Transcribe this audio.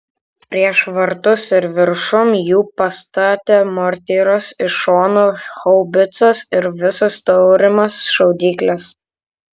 prieš vartus ir viršum jų pastatė mortyras iš šonų haubicas ir visas turimas šaudykles